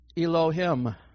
Elohim